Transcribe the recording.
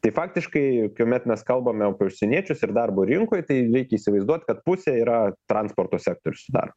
tai faktiškai kuomet mes kalbame apie užsieniečius ir darbo rinkoj tai reikia įsivaizduot kad pusė yra transporto sektorius sudaro